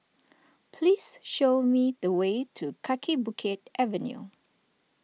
please show me the way to Kaki Bukit Avenue